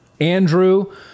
Andrew